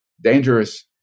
dangerous